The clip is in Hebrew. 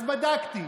אז בדקתי,